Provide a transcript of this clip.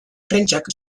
prentsak